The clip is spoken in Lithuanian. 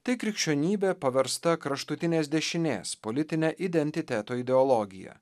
tai krikščionybė paversta kraštutinės dešinės politine identiteto ideologija